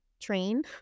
train